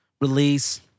Release